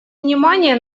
внимание